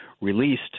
released